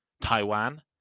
Taiwan